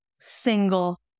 single